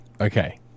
Okay